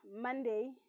Monday